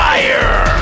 Fire